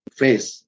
face